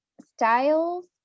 Styles